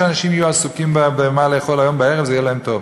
שהאנשים יהיו עסוקים במה לאכול היום בערב זה יהיה להם טוב.